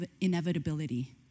inevitability